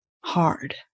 hard